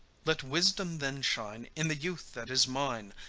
let wisdom then shine in the youth that is mine,